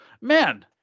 man